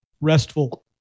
restful